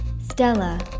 Stella